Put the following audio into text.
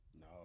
No